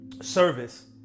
service